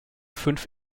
fünf